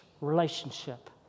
relationship